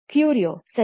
ಕ್ಯೂರಿಯೊ ಸರಿ